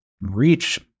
reach